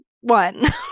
one